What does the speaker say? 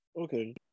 Okay